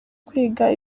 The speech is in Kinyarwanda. kwiga